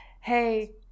hey